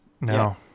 No